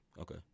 Okay